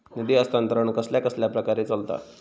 निधी हस्तांतरण कसल्या कसल्या प्रकारे चलता?